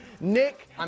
Nick